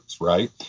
right